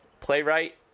playwright